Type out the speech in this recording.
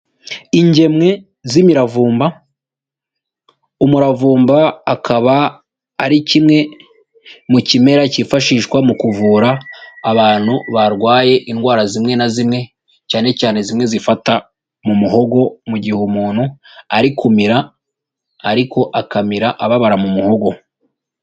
Ingemwe z'imiravumba, umuravumba akaba ari kimwe mu kimera kifashishwa mu kuvura abantu barwaye indwara zimwe na zimwe cyane cyane zimwe zifata mu muhogo mu gihe umuntu ari kumira, ariko akamira ababara mu muhogo.